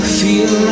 feel